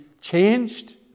changed